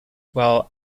while